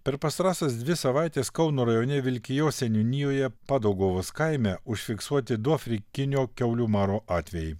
per pastarąsias dvi savaites kauno rajone vilkijos seniūnijoje padauguvos kaime užfiksuoti du afrikinio kiaulių maro atvejai